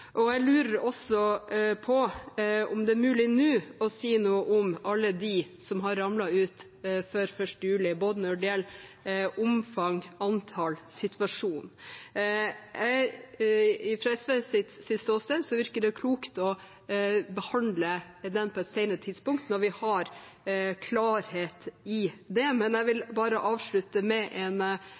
og situasjon. Fra SVs ståsted virker det klokt å behandle den på et senere tidspunkt, når vi har klarhet i det. Jeg vil bare avslutte med en